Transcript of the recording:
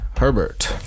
Herbert